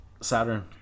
Saturn